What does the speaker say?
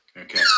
okay